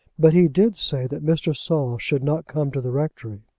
but he did say that mr. saul should not come to the rectory.